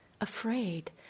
afraid